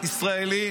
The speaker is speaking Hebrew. ישראלי,